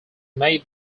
made